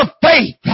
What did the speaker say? faith